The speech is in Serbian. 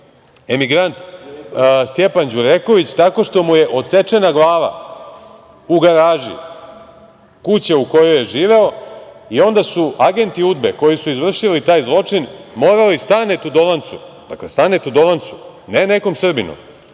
emigrant Stjepan Đureković tako što mu je odsečena glava u garaži kuće u kojoj je živeo i onda su agenti UDBA-e, koji su izvršili taj zločin, morali Stanetu Dolancu, ne nekom Srbinu,